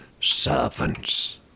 servants